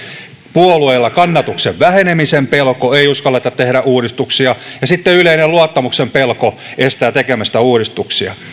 puolueella kannatuksen vähenemisen pelko ei uskalleta tehdä uudistuksia ja sitten yleinen luottamuksen pelko estää tekemästä uudistuksia